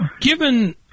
Given